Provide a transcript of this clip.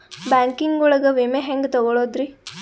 Banking ಒಳಗ ವಿಮೆ ಹೆಂಗ್ ತೊಗೊಳೋದ್ರಿ?